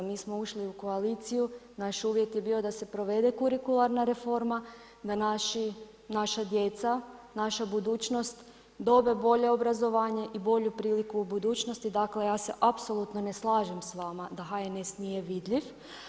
Mi smo ušli u koaliciju, naš uvjet je bio da pe provede kurikularna reforma, da naša djeca, naša budućnost dobe bolje obrazovanje i bolju priliku u budućnosti, dakle ja se apsolutno ne slažem s vama da HNS nije vidljiv.